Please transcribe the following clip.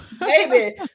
baby